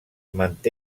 manté